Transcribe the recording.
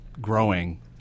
growing